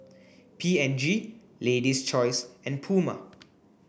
P and G Lady's Choice and Puma